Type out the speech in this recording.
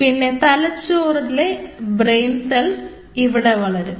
പിന്നെ തലച്ചോറിലെ brain cells ഇവിടെ വളരും